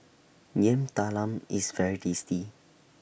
Yam Talam IS very tasty